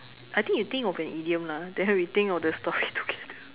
I think you think of an idiom lah then we think of the story together